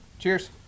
Cheers